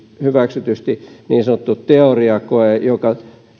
hyväksytysti niin sanottu teoriakoe jonka